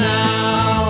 now